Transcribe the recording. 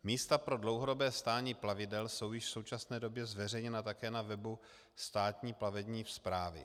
Místa pro dlouhodobé stání plavidel jsou již v současné době zveřejněna také na webu Státní plavební správy.